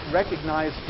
recognize